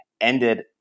ended